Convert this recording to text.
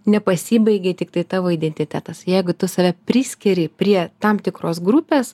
nepasibaigė tiktai tavo identitetas jeigu tu save priskiri prie tam tikros grupės